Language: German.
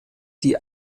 die